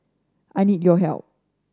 I need your help